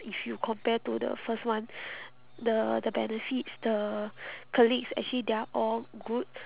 if you compare to the first one the the benefits the colleagues actually they are all good